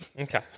Okay